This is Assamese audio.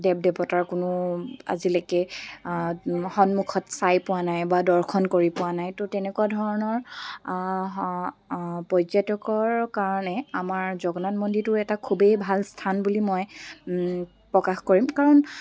দেৱ দেৱতাৰ কোনো আজিলৈকে সন্মুখত চাই পোৱা নাই বা দৰ্শন কৰি পোৱা নাই ত' তেনেকুৱা ধৰণৰ পৰ্যটকৰ কাৰণে আমাৰ জগন্নাথ মন্দিৰটোৰ এটা খুবেই ভাল স্থান বুলি মই প্ৰকাশ কৰিম কাৰণ